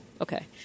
Okay